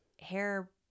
hair